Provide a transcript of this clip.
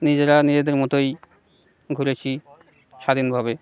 নিজেরা নিজেদের মতোই ঘুরেছি স্বাধীনভাবে